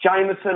Jameson